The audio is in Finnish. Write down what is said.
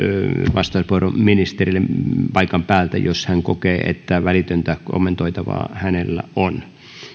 vastauspuheenvuoro ministerille paikan päältä jos hän kokee että välitöntä kommentoitavaa hänellä on